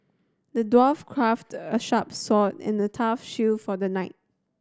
the dwarf crafted a sharp sword and a tough shield for the knight